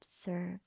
observe